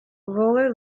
roller